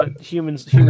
Humans